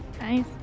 Nice